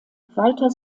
weiter